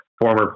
former